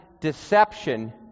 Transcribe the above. deception